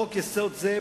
"חוק-יסוד זה,